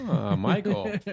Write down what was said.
michael